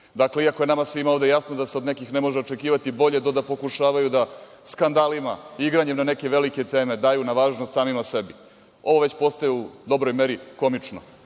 Iako je nama svima ovde jasno da se od nekih ne može očekivati bolje do da pokušavaju da skandalima i igranjem na neke velike teme daju na važnost samima sebi, ovo već postaje u dobroj meri komično,